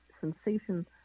sensation